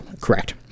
correct